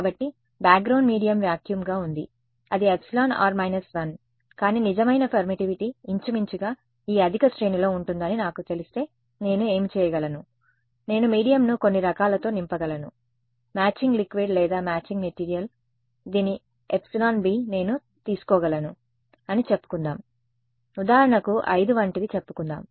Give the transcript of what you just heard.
కాబట్టి background medium వాక్యూమ్గా ఉంది అది εr 1 కానీ నిజమైన పర్మిటివిటీ ఇంచుమించుగా ఈ అధిక శ్రేణిలో ఉంటుందని నాకు తెలిస్తే నేను ఏమి చేయగలను నేను మీడియంను కొన్ని రకాలతో నింపగలను మ్యాచింగ్ లిక్విడ్ లేదా మ్యాచింగ్ మెటీరియల్ దీని εb నేను తీసుకోగలను అని చెప్పుకుందాం ఉదాహరణకు 5 వంటిది చెప్పుకుందాం